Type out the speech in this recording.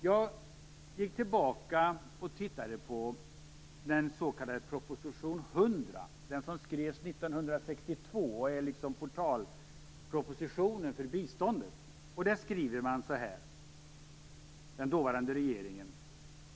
Jag har gått tillbaka och tittat i den s.k. proposition 100, som skrevs 1962. Den är portalpropositionen för biståndet. Jag tror att det var Olof Palme som höll i pennan.